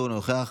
אינה נוכחת,